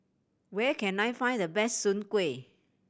where can I find the best soon kway